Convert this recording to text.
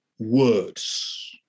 Words